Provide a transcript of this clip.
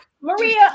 Maria